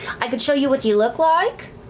i could show you what you look like.